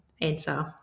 answer